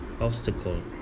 obstacle